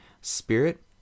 spirit